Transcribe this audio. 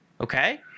okay